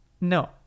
No